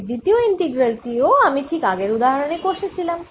এই দ্বিতীয় ইন্টিগ্রাল টিও আমি ঠিক আগের উদাহরনে কষেছিলাম